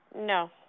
No